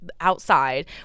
outside